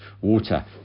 water